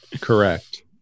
Correct